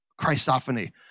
Christophany